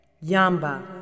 Yamba